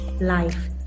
life